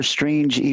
Strange